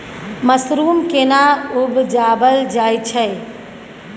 Mushroom केना उबजाबल जाय छै?